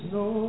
no